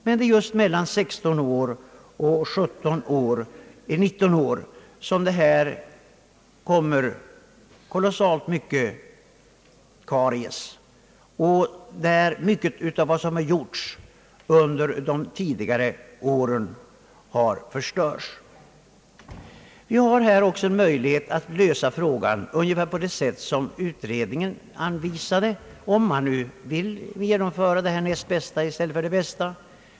Men även i 16—19 årsåldern förekommer mycket karies, och då kan mycket av det som gjorts under tidigare år förstöras. Det finns här möjlighet att lösa frågan på ungefär det sätt som utredningen anvisade, om man nu vill genomföra det näst bästa i stället för det bästa.